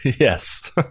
Yes